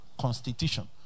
constitution